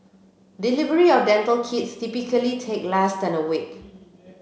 delivery of dental kits typically take less than a week